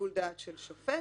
שיקול דעת של שופט,